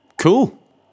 Cool